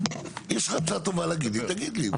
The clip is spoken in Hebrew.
יש לך הצעה טובה להגיד לי, תגיד לי.